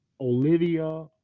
Olivia